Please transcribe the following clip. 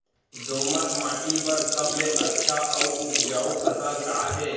दोमट माटी बर सबले अच्छा अऊ उपजाऊ फसल का हे?